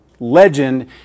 legend